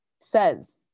says